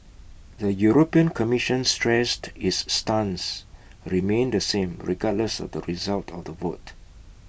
the european commission stressed its stance remained the same regardless of the result of the vote